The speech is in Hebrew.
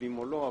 בפנים או לא.